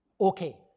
Okay